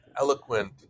eloquent